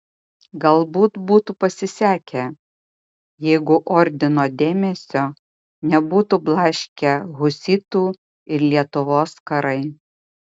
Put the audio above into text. galbūt būtų pasisekę jeigu ordino dėmesio nebūtų blaškę husitų ir lietuvos karai